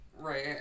Right